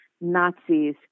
Nazis